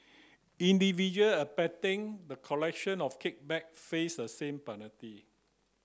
individual abetting the collection of kickback face the same penalty